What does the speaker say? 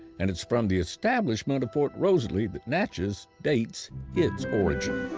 and it's from the establishment of fort rosalie that natchez dates its origin.